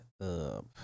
up